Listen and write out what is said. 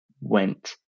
went